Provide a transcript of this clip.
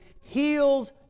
heals